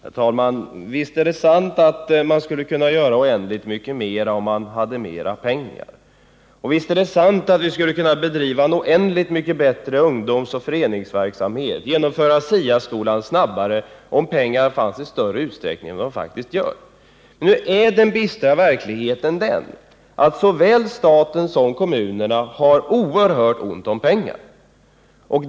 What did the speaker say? Herr talman! Visst är det sant att man skulle kunna göra oändligt mycket mer om man hade mer pengar. Och visst är det sant att vi skulle kunna bedriva en oändligt mycket bättre ungdomsoch föreningsverksamhet, genomföra SIA-skolan snabbare, om pengar fanns i större utsträckning än de faktiskt gör. Nu är den bistra verkligheten den att såväl staten som kommunerna har oerhört ont om pengar.